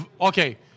Okay